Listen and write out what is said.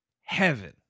heaven